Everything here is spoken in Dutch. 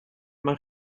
mijn